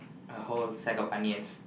a whole sack of onions